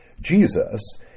Jesus